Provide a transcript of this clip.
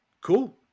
Cool